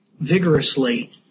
vigorously